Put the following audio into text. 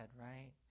right